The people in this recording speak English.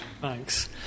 thanks